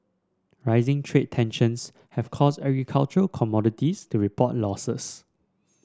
rising trade tensions have caused agricultural commodities to report losses